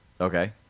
okay